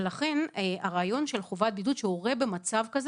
ולכן הרעיון של חובת בידוד שהורה במצב כזה